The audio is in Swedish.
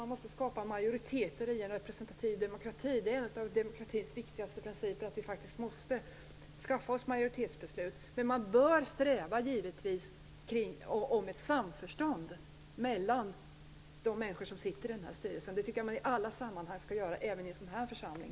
Man måste ju skapa majoriteter i en representativ demokrati. En av demokratins viktigaste principer är att skapa majoritetsbeslut. Man bör, givetvis, sträva efter samförstånd mellan de människor som sitter i styrelsen. Det skall man göra i alla sammanhang - även i en sådan församling.